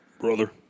Brother